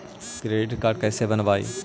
Credit card कैसे बनवाई?